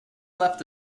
left